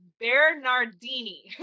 Bernardini